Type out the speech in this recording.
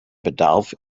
bedarf